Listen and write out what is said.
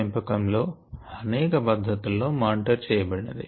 పెంపకం లో అనేక పద్ధతులలో మానిటర్ చేయబడినది